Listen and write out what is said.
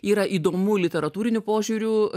yra įdomu literatūriniu požiūriu